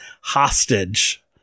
hostage